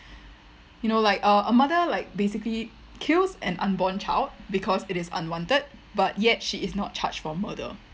you know like a a mother like basically kills an unborn child because it is unwanted but yet she is not charged for murder